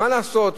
מה לעשות,